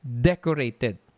decorated